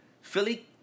Philly